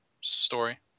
story